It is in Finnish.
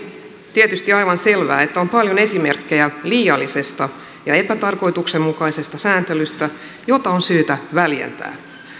tietysti aivan selvää että on paljon esimerkkejä liiallisesta ja epätarkoituksenmukaisesta sääntelystä jota on syytä väljentää